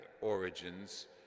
origins